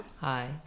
Hi